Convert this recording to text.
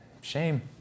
Shame